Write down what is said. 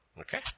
Okay